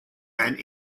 and